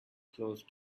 close